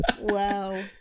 Wow